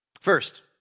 First